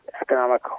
economic